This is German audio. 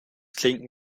klinken